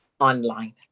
online